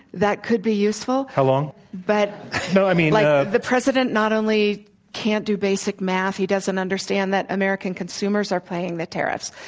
that could be useful. but how long? but no, i mean like, ah the president not only can't do basic math he doesn't understand that american consumers are paying the tariffs.